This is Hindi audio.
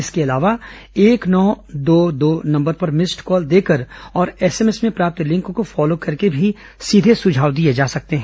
इसके अलावा एक नौ दो दो नम्बर पर मिस्ड कॉल देकर और एसएमएस में प्राप्त लिंक को फॉलो करके भी सीधे सुझाव दिये जा सकते हैं